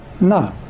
No